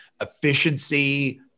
efficiency